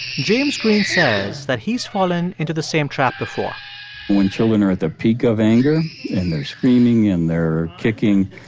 james green says that he's fallen into the same trap before when children are at the peak of anger and they're screaming and they're kicking,